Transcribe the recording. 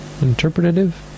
interpretative